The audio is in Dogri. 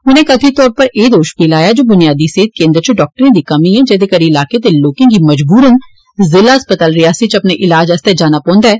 उनें कथित तौर उप्पर एह् बी दोष लाया जे बुनियादी सेहत केंद्र इच डाक्टरें दी कमी ऐ जेदे करी इलाके दे लोकें गी मज़बूरन ज़िला अस्पताल रियासी अपने इलाज आस्तै जाना पौंदा ऐ